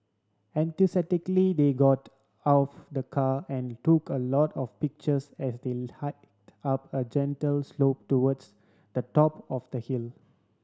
enthusiastically they got of the car and took a lot of pictures as they hiked up a gentle slope towards the top of the hill